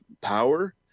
power